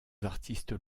artistes